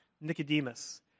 Nicodemus